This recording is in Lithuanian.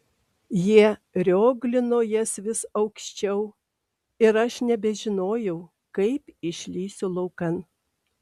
jie rioglino jas vis aukščiau ir aš nebežinojau kaip išlįsiu laukan